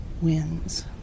wins